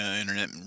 internet